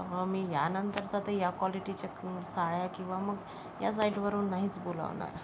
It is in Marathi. तर मग मी यानंतर तर ते या क्वालिटीच्या साड्या किंवा मग या साइटवरून नाहीच बोलवणार